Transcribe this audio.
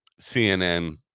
cnn